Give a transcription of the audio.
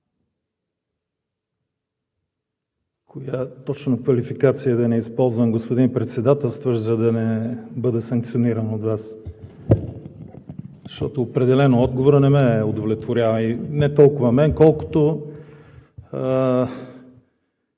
Коя точно квалификация да не използвам, господин Председателстващ, за да не бъда санкциониран от Вас, защото определено отговорът не ме удовлетворява – не толкова мен, колкото